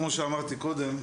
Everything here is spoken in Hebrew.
כמו שאמרתי קודם,